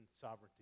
sovereignty